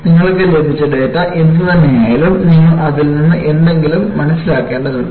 നിങ്ങൾക്ക് ലഭിച്ച ഡാറ്റ എന്തുതന്നെയായാലും നിങ്ങൾ അതിൽ നിന്ന് എന്തെങ്കിലും മനസ്സിലാക്കേണ്ടതുണ്ട്